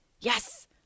Yes